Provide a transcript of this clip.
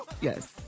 Yes